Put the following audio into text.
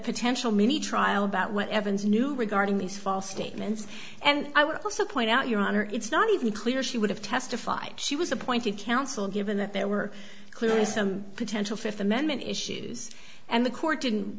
potential mini trial about what evans knew regarding these false statements and i would also point out your honor it's not even clear she would have testified she was appointed counsel given that there were clearly some potential fifth amendment issues and the court didn't